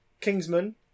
Kingsman